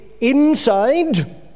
inside